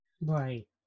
Right